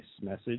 message